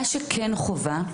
מה שכן חובה,